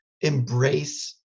embrace